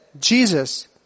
Jesus